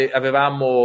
avevamo